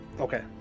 Okay